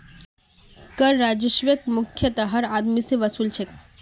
कर राजस्वक मुख्यतयः हर आदमी स वसू ल छेक